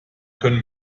können